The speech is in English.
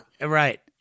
Right